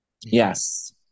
Yes